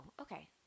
okay